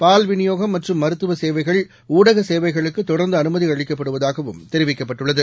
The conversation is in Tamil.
பால் விநியோகம் மற்றும் மருத்துவ சேவைகள் ஊடக சேவைகளுக்கு தொடர்ந்து அனுமதி அளிக்கப்படுவதாகவும் தெரிவிக்கப்பட்டுள்ளது